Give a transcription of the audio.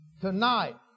tonight